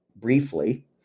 briefly